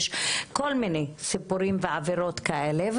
יש כל מיני סיפורים ועבירות כאלה,